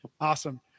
Awesome